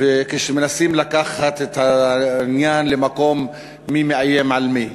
וכשמנסים לקחת את העניין למקום של "מי מאיים על מי".